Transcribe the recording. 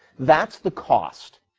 that's the cost.